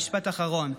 משפט אחרון,